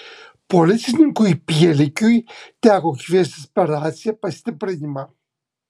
policininkui pielikiui teko kviestis per raciją pastiprinimą